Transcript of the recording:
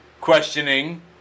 questioning